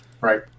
Right